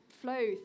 flow